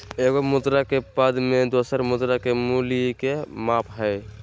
एगो मुद्रा के पद में दोसर मुद्रा के मूल्य के माप हइ